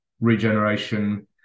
regeneration